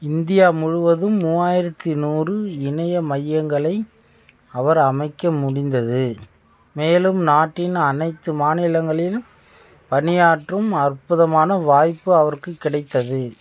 India முழுவதும் மூவாயிரத்தி நூறு இணைய மையங்களை அவர் அமைக்க முடிந்தது மேலும் நாட்டின் அனைத்து மாநிலங்களிலும் பணியாற்றும் அற்புதமான வாய்ப்பு அவருக்கு கிடைத்தது